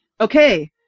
Okay